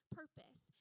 purpose